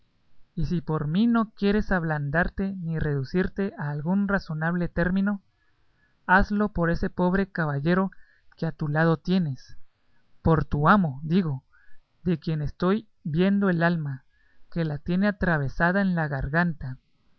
y si por mí no quieres ablandarte ni reducirte a algún razonable término hazlo por ese pobre caballero que a tu lado tienes por tu amo digo de quien estoy viendo el alma que la tiene atravesada en la garganta